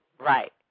Right